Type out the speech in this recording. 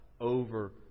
over